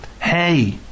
Hey